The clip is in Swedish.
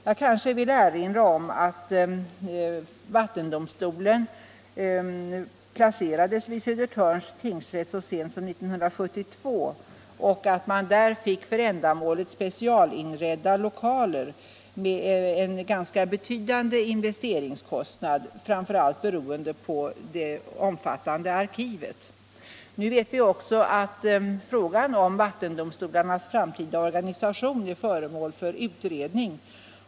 Jag vill erinra om att domstolen placerades vid Södertörns tingsrätt så sent som 1972 och att man där fick för ändamålet specialinredda lokaler till en ganska betydande investeringskostnad, framför allt beroende på det omfattande arkivet. Frågan om vattendomstolarnas framtida organisation är föremål för utredning.